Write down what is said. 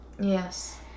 Yes